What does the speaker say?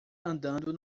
andando